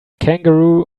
kangaroo